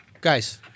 Guys